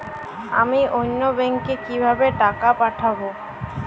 আমি অন্য ব্যাংকে কিভাবে টাকা পাঠাব?